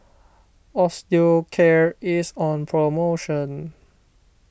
Osteocare is on promotion